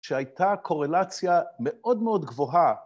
שהייתה קורלציה מאוד מאוד גבוהה